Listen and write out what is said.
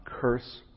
curse